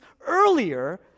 earlier